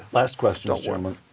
last questions gentleman.